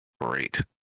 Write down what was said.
great